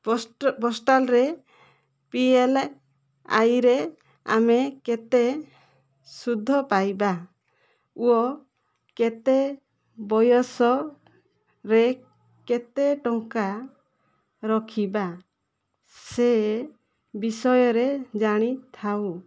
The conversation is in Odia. ପୋଷ୍ଟ ପୋଷ୍ଟାଲରେ ପି ଏଲ୍ ଆଇ ରେ ଆମେ କେତେ ସୁଧ ପାଇବା ଓ କେତେ ବୟସରେ କେତେ ଟଙ୍କା ରଖିବା ସେ ବିଷୟରେ ଜାଣିଥାଉ